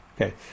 okay